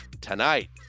tonight